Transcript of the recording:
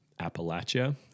Appalachia